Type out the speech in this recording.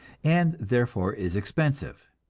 and therefore is expensive.